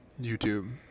YouTube